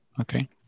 Okay